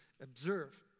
observe